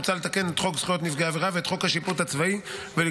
מוצע לתקן את חוק זכויות נפגעי עבירה ואת חוק השיפוט הצבאי ולקבוע